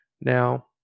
now